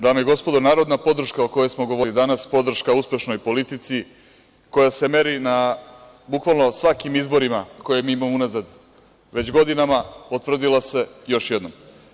Dame i gospodo, narodna podrška o kojoj smo govorili danas, podrška uspešnoj politici, koja se meri bukvalno na svakim izborima koje mi imamo unazad već godina, potvrdila se još jednom.